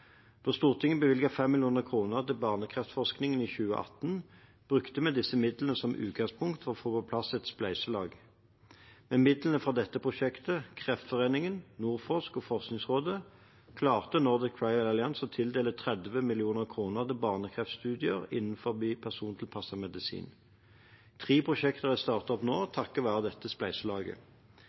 Da Stortinget bevilget 5 mill. kr til barnekreftforskning i 2018, brukte vi disse midlene som utgangspunkt til å få på plass et spleiselag. Med midler fra dette prosjektet, Kreftforeningen, NordForsk og Forskningsrådet klarte Nordic Trial Alliance å tildele 30 mill. kr til barnekreftstudier innenfor persontilpasset medisin. Tre prosjekter starter opp nå – takket være dette spleiselaget.